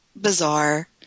bizarre